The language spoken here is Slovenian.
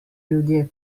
ljudje